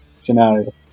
scenario